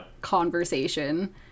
conversation